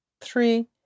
three